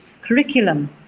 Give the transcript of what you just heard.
curriculum